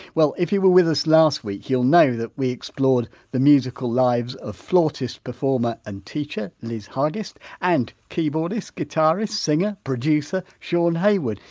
well, if you were with us last week you'll know that we explored the musical lives of flutist performer and teacher, liz hargest and keyboardist, guitarist, singer, producer shaun haywood.